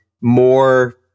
more